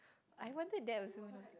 I wanted that also when I was